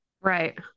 Right